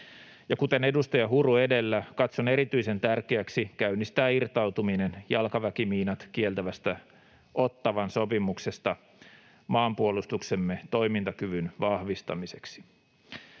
kuten edustaja Huru edellä, katson erityisen tärkeäksi käynnistää irtautuminen jalkaväkimiinat kieltävästä Ottawan sopimuksesta maanpuolustuksemme toimintakyvyn vahvistamiseksi.